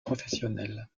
professionnelle